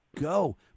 go